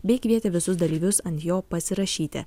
bei kvietė visus dalyvius ant jo pasirašyti